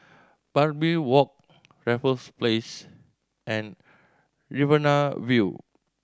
Barbary Walk Raffles Place and Riverina View